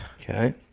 Okay